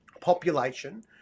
population